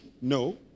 No